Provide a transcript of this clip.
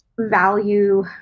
value